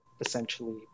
essentially